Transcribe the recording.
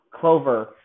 clover